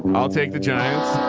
um i'll take the giants.